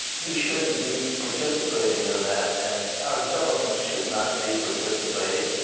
you shouldn't be participating in that. and our government should not be participating